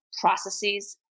processes